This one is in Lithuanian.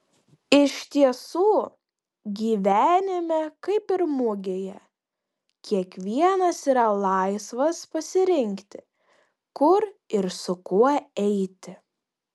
iš tiesų gyvenime kaip ir mugėje kiekvienas yra laisvas pasirinkti kur ir su kuo eiti